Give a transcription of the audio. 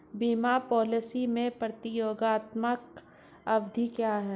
बीमा पॉलिसी में प्रतियोगात्मक अवधि क्या है?